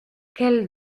quels